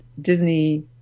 Disney